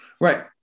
Right